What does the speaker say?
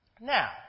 Now